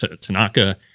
Tanaka